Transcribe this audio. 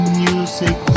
music